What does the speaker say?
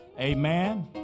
amen